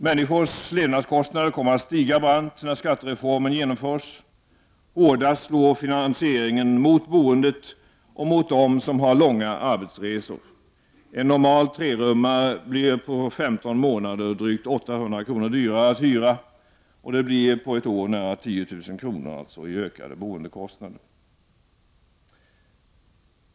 Människors levnadskostnader kommer att stiga brant när skattereformen genomförs. Hårdast slår finansieringen mot boendet och mot dem som har långa arbetsresor. En normal trerummare blir på 15 månader drygt 800 kr. dyrare att hyra. Det blir på ett år nära 10000 kr i ökade boendekostnader.